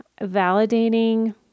validating